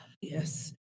Yes